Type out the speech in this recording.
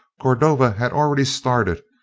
cordova had already started,